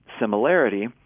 similarity